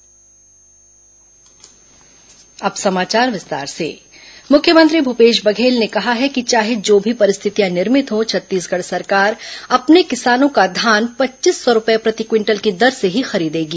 अब समाचार विस्तार से मुख्यमंत्री बलरामपुर मुख्यमंत्री भूपेश बघेल ने कहा है कि चाहे जो भी परिस्थितियां निर्मित हो छत्तीसगढ़ सरकार अपने किसानों का धान पच्चीस सौ रूपये प्रति क्विंटल की दर से ही खरीदेगी